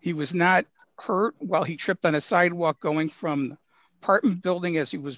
he was not hurt while he tripped on a sidewalk going from apartment building as he was